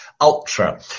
ultra